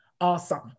awesome